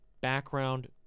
background